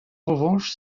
revanche